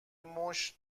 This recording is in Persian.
موش